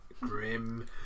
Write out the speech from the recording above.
grim